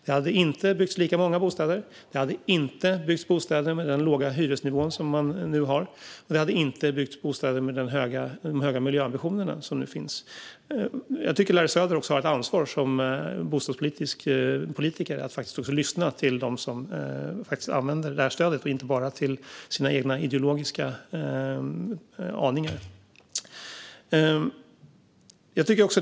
Det hade inte byggts lika många bostäder, det hade inte byggts bostäder med den låga hyresnivån och det hade inte byggts bostäder med lika höga miljöambitioner. Jag tycker att Larry Söder har ett ansvar som bostadspolitisk talesperson att lyssna till dem som använder detta stöd och inte bara till sina egna ideologiska aningar.